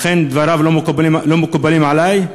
לכן, דבריו לא מקובלים עלי,